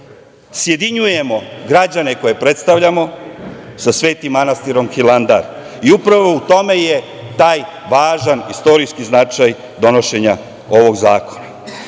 sjedinjujemo građane koje predstavljamo sa Svetim manastirom Hilandar. Upravo u tome je taj važan istorijski značaj donošenja ovog zakona. Ne